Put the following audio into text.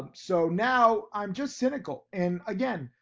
um so now i'm just cynical and again,